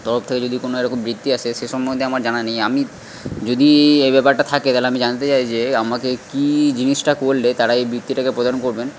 তরফ থেকে যদি কোনো এরকম বৃত্তি আসে সে সম্বন্ধে আমার জানা নেই আমি যদি এই ব্যাপারটা থাকে তাহলে আমি জানতে চাই যে আমাকে কী জিনিসটা করলে তারা এই বৃত্তিটাকে প্রদান করবেন